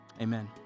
Amen